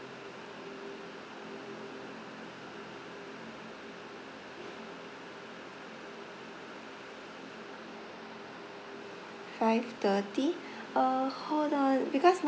five thirty uh hold on because